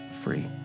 free